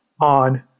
on